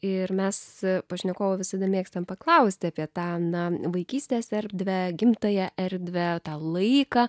ir mes pašnekovo visada mėgstam paklausti apie tą na vaikystės erdvę gimtąją erdvę tą laiką